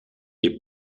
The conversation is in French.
est